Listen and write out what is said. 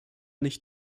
nicht